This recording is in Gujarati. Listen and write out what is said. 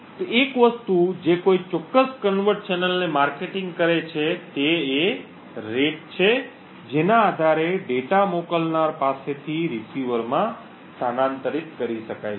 તેથી એક વસ્તુ જે કોઈ ચોક્કસ કન્વર્ટ ચેનલને માર્કેટિંગ કરે છે તે એ દર છે કે જેના આધારે ડેટા મોકલનાર પાસેથી રીસીવરમાં સ્થાનાંતરિત કરી શકાય છે